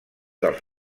dels